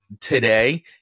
today